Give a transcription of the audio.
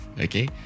Okay